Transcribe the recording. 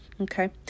Okay